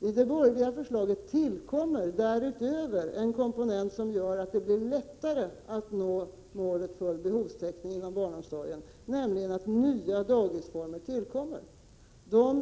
I det borgerliga förslaget tillkommer därutöver en komponent som gör att det blir lättare att nå målet för behovstäckning inom barnomsorgen, nämligen nya dagisformer.